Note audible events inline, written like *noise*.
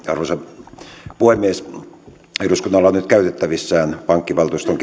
*unintelligible* arvoisa puhemies eduskunnalla on nyt käytettävissään pankkivaltuuston *unintelligible*